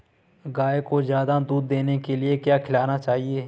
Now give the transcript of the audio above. गाय को ज्यादा दूध देने के लिए क्या खिलाना चाहिए?